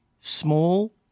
small